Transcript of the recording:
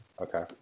Okay